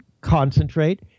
concentrate